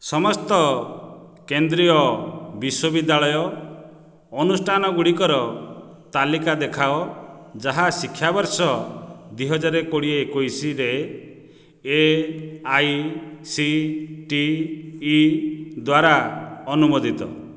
ସମସ୍ତ କେନ୍ଦ୍ରୀୟ ବିଶ୍ୱବିଦ୍ୟାଳୟ ଅନୁଷ୍ଠାନଗୁଡ଼ିକର ତାଲିକା ଦେଖାଅ ଯାହା ଶିକ୍ଷାବର୍ଷ ଦୁଇ ହଜାର କୋଡ଼ିଏ ଏକୋଇଶରେ A I C T E ଦ୍ଵାରା ଅନୁମୋଦିତ